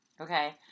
okay